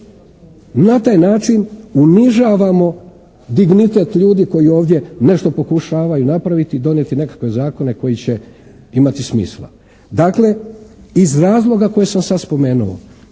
Na taj način unižavamo dignitet ljudi koji ovdje nešto pokušavaju napraviti i donijeti nekakve zakone koji će imati smisla. Dakle iz razloga koje sam sada spomenuo,